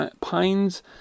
Pines